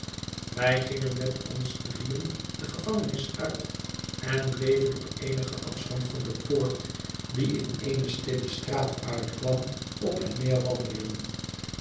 wij gingen met ons drieën de gevangenis uit en bleven op eenigen afstand van de poort die in eene stille straat uitkwam op en neer wandelen